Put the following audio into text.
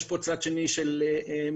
יש פה צד שני של מטבע,